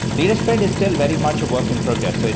data spread is still very much a work in progress. so